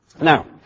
Now